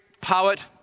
poet